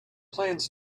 plans